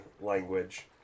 language